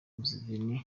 museveni